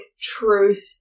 truth